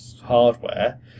hardware